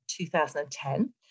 2010